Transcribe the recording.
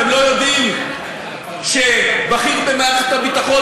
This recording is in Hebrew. אתם לא יודעים שבכיר במערכת הביטחון,